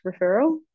referral